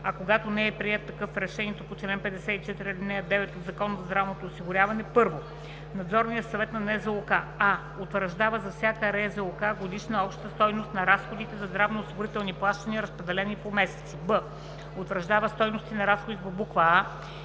а когато не е приет такъв – в решението по чл. 54, ал. 9 от Закона за здравното осигуряване: 1. Надзорният съвет на НЗОК: а) утвърждава за всяка РЗОК годишна обща стойност на разходите за здравноосигурителни плащания, разпределена по месеци; б) утвърждава стойности на разходите по буква